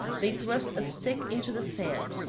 they thrust a stick into the sand,